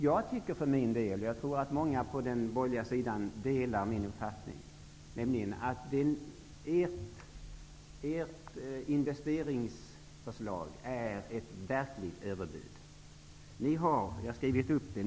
Jag tycker för min del, och jag tror att många på den borgerliga sidan delar min uppfattning, att Socialdemokraternas investeringsförslag är ett verkligt överbud. Jag har skrivit upp det.